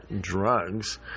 drugs